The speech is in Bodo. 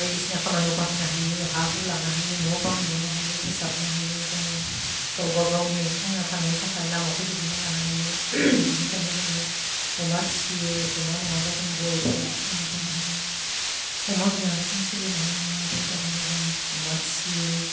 बायदिसिना खामानियाव बाहायनो हायो हा हु लानो हायो न' बां लुनो हायो फोसाबनो हायो जोङो गावबा गावनि थांना थानायनि थाखाय लामाखौ दिहुनना लानो हायो बेनिखायनो जोङो अमा फिसियो अमा नङाबा जों बर'फ्रा थांना थानो हाया अमा गैयाबा जों सोलिनो हानाय नङा बेनि थाखायनो जों अमा फिसियो